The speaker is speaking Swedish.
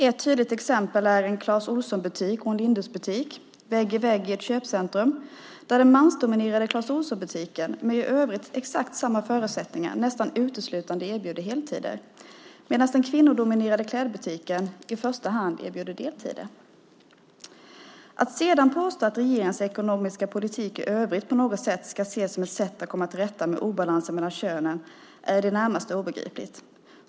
Ett tydligt exempel är en Clas Ohlson-butik och en Lindexbutik som ligger vägg i vägg i ett köpcentrum, där den mansdominerade Clas Ohlson-butiken, med i övrigt exakt samma förutsättningar, nästan uteslutande erbjuder heltider medan den kvinnodominerade klädbutiken i första hand erbjuder deltider. Att sedan påstå att regeringens ekonomiska politik i övrigt på något sätt ska ses som ett sätt att komma till rätta med obalansen mellan könen är i det närmaste obegripligt.